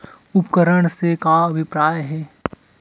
उपकरण से का अभिप्राय हे?